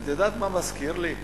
את יודעת מה זה מזכיר לי?